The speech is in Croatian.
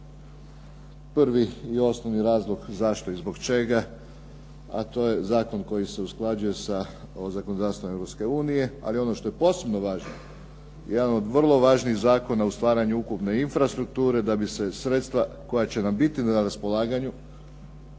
Prvi i osnovi razlog zašto i zbog čega, a to je zakon koji se usklađuje sa zakonodavstvom Europske unije. Ali ono što je posebno važno, jedan od vrlo važnih zakona u stvaranju ukupne infrastrukture, da bi se sredstva koja će nam biti na raspolaganju,